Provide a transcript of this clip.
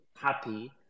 happy